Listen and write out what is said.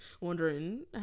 wondering